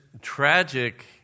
tragic